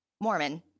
Mormon